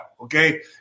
Okay